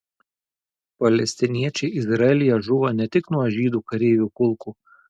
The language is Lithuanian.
palestiniečiai izraelyje žūva ne tik nuo žydų kareivių kulkų